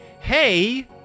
hey